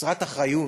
חסרת אחריות.